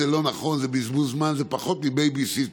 זה לא נכון, זה בזבוז זמן, זה פחות מבייביסיטר.